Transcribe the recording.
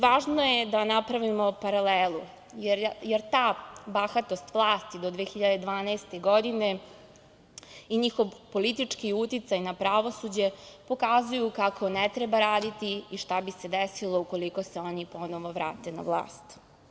Važno je da napravimo paralelu, jer ta bahatost vlasti do 2012. godine i njihov politički uticaj na pravosuđe pokazuju kako ne treba raditi i šta bi se desilo ukoliko se oni ponovo vrate na vlast.